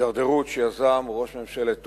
הידרדרות שיזם ראש ממשלת טורקיה.